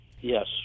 yes